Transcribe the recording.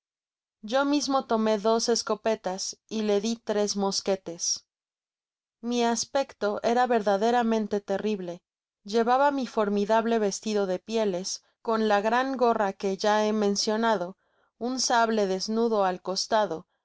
yo mismo tomé dos escopetas y le di tres mosquetes mi aspecto era verdaderamente terrible llevaba mi formidable vestido de pie les con la gran gorra que ya he mencionado un sable desnudo al costado dos